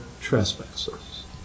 trespasses